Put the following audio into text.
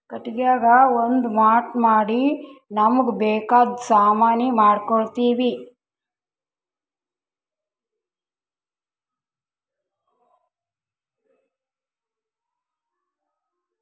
ಕಟ್ಟಿಗಿಗಾ ಒಂದ್ ಮಾಟ್ ಮಾಡಿ ನಮ್ಮ್ಗ್ ಬೇಕಾದ್ ಸಾಮಾನಿ ಮಾಡ್ಕೋತೀವಿ